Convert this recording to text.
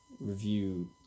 review